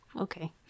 okay